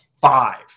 Five